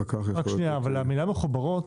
המילה "מחוברות",